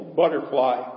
butterfly